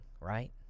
right